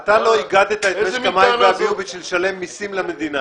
אתה לא איגדת את משק המים והביוב בשביל לשלם מסים למדינה,